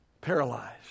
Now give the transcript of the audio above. paralyzed